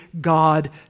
God